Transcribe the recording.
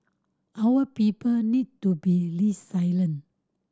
our people need to be